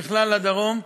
בכלל לדרום.